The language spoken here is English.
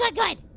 like good.